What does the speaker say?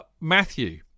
Matthew